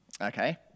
Okay